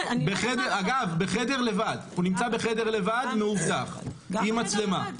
אגב, הוא נמצא בחדר לבד, מאובטח עם מצלמה.